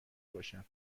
باشم